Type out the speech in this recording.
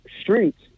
streets